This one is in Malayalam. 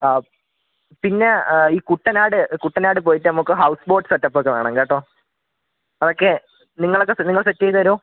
പിന്നെ ഈ കുട്ടനാട് കുട്ടനാട് പോയിട്ട് നമുക്ക് ഹൗസ്ബോട്ട് സെറ്റപ്പ് ഒക്കെ വേണം കേട്ടോ അതൊക്കെ നിങ്ങളൊക്കെ നിങ്ങൾ സെറ്റ് ചെയ്ത് തരുമോ